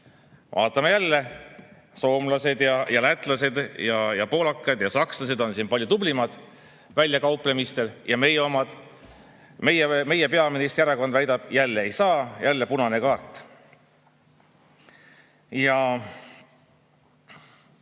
Vaatame, soomlased ja lätlased ja poolakad ja sakslased on siin palju tublimad välja kauplemisel, ja meie omad, meie peaministri erakond väidab jälle: ei saa. Jälle punane kaart.